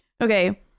Okay